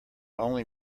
only